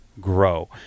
grow